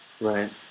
Right